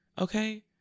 okay